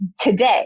today